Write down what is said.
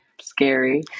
scary